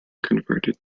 converted